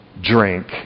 drink